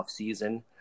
offseason